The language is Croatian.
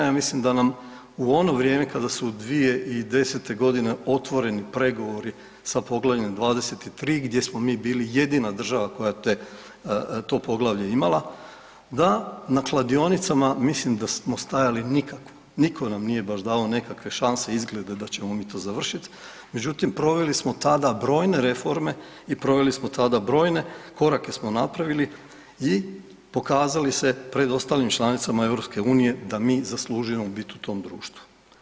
Ja mislim da nam u ono vrijeme kada su 2010.g. otvoreni pregovori sa Poglavljem 23. gdje smo mi bili jedina država koja je to poglavlje imala, da na kladionicama mislim da smo stajali nikako, niko nam nije baš davao nekakve šanse i izglede da ćemo mi to završit, međutim proveli smo tada brojne reforme i proveli smo tada brojne, korake smo napravili i pokazali se pred ostalim članicama EU da mi zaslužujemo bit u tom društvu.